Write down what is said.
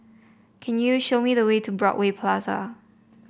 can you show me the way to Broadway Plaza